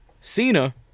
Cena